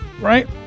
Right